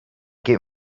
get